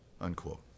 Unquote